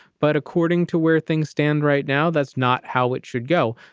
but according to where things stand right now, that's not how it should go.